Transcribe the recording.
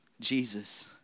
Jesus